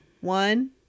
One